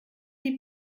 die